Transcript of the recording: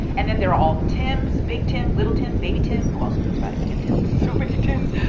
and then there are all the tims. big tim, little tim, baby tim who also goes by tim tim so many tims.